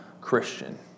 Christian